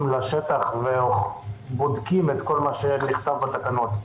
לשטח ובודקים את כל מה שנכתב בתקנות.